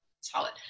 solid